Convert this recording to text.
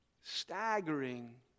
staggering